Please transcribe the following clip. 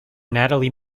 natalie